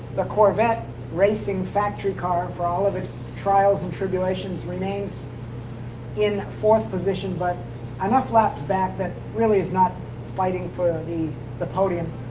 the corvette racing factory car, for all of its trials and tribulations, remains in fourth position. but enough laps back that really it's not fighting for the the podium.